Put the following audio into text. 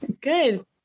Good